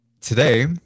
today